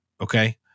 okay